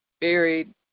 buried